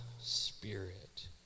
spirit